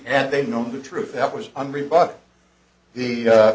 and they know the truth that was unreal but the